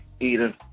Eden